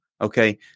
okay